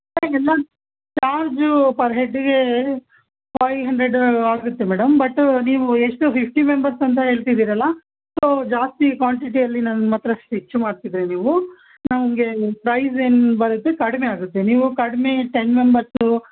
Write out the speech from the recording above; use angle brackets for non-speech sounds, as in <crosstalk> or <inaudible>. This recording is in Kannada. <unintelligible> ಎಲ್ಲ ಚಾರ್ಜು ಪರ್ ಹೆಡ್ಗೆ ಫೈ ಹಂಡ್ರಡ್ ಆಗುತ್ತೆ ಮೇಡಮ್ ಬಟ್ ನೀವು ಎಷ್ಟು ಫಿಫ್ಟಿ ಮೆಂಬರ್ಸ್ ಅಂತ ಹೇಳ್ತಿದ್ದೀರಲ್ಲ ಸೋ ಜಾಸ್ತಿ ಕ್ವಾಂಟಿಟಿಯಲ್ಲಿ ನಮ್ಮ ಹತ್ರ ಸ್ಟಿಚ್ ಮಾಡಿಸಿದ್ರಿ ನೀವು ನನಗೆ ಪ್ರೈಸ್ ಏನು ಬರುತ್ತೆ ಕಡಿಮೆ ಆಗುತ್ತೆ ನೀವು ಕಡಿಮೆ ಟೆನ್ ಮೆಂಬರ್ಸು